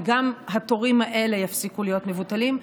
וגם התורים האלה יפסיקו להיות מבוטלים.